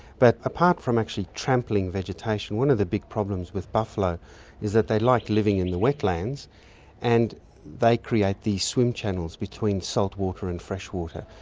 but apart from actually trampling vegetation, one of the big problems with buffalo is that they like living in the wetlands and they create these swim channels between salt water and fresh water.